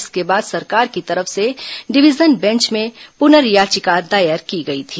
इसके बाद सरकार की तरफ से डिवीजन बेंच में पुनर्याचिका दायर की गई थी